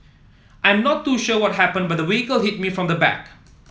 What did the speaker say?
I am not too sure what happened but the vehicle hit me from the back